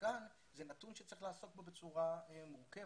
וכאן זה נתון שצריך לעסוק בו בצורה מורכבת,